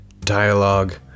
dialogue